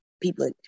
people